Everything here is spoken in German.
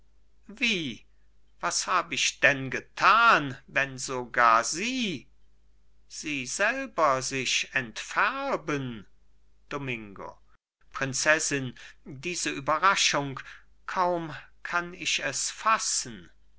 was hab ich denn getan wenn sogar sie sie selber sich entfärben domingo prinzessin diese überraschung kaum kann ich es fassen